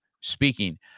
speaking